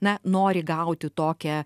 na nori gauti tokią